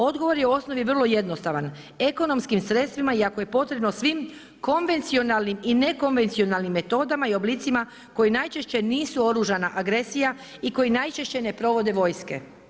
Odgovor je u osnovi vrlo jednostavan, ekonomskim sredstvima i ako je potrebno svim konvencionalnim i nekonvencijalnim metodama i oblicima koji najčešće nisu oružana agresija i koji najčešće ne provode vojske.